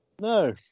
No